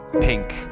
Pink